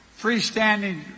freestanding